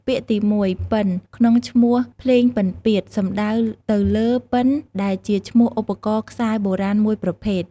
ពាក្យទីមួយ "ពិណ" ក្នុងឈ្មោះ "ភ្លេងពិណពាទ្យ" សំដៅទៅលើពិណ ដែលជាឈ្មោះឧបករណ៍ខ្សែបុរាណមួយប្រភេទ។